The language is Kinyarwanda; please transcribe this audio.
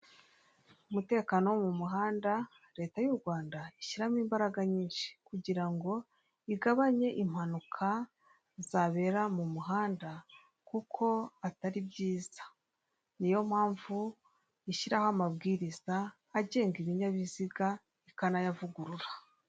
Umutakano wo mu muhanda leta y' u Rwanda ishiramo imbaraga nyinshi kugira ngo bigabanye impanuka zibera mu muhanda kuko atari byiza, niyo mpamvu ishyiraho amabwiriza agenga ibinyabiziga ikanayavugurura.